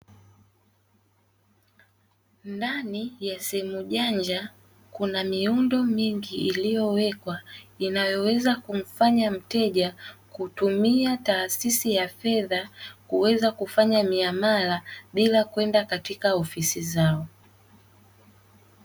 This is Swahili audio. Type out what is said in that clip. Ndani ya simu janja kuna miundo mingi iliyowekwa, inayoweza kumfanya mteja kutumia taasisi ya fedha kuweza kufanya miamala bila kwenda katika ofisi zao.